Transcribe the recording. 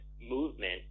movement